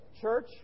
church